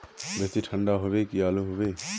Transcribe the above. बेसी ठंडा होबे की आलू होबे